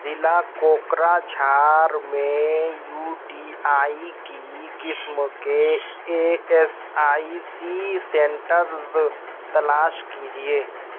ضلع کوکرا جھار میں U T I کی قسم کے A S I C centres تلاش کیجیے